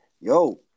yo